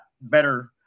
better